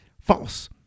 false